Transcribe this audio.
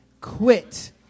Quit